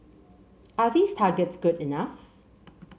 are these targets good enough